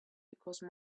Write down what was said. because